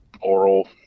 oral